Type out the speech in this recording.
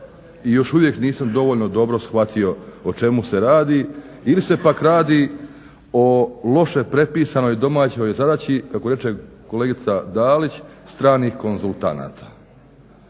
još uvijek nisam dovoljno dobro shvatio o čemu se radi ili se pak radi o loše prepisanoj domaćoj zadaći kako reče kolegica Dalić stranih konzultanata